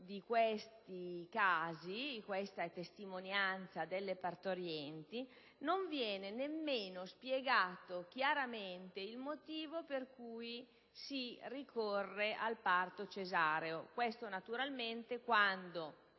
di quei casi (è testimonianza delle partorienti), non viene nemmeno spiegato chiaramente il motivo per cui si ricorre al parto cesareo. Questo naturalmente quando,